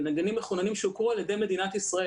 לנגנים מחוננים שהוכרו על ידי מדינת ישראל